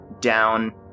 down